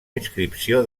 inscripció